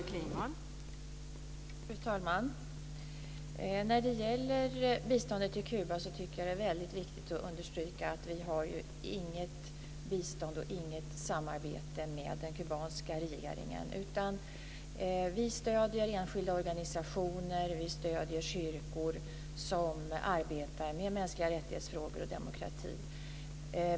Fru talman! När det gäller biståndet till Kuba är det viktigt att understryka att vi inte ger något bistånd och inte har något samarbete med den kubanska regeringen. Vi stöder enskilda organisationer och kyrkor som arbetar med mänskliga rättighets-frågor och demokrati.